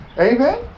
Amen